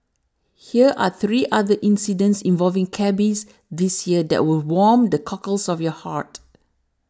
hear are three other incidents involving cabbies this year that will warm the cockles of your heart